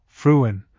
Fruin